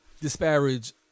disparage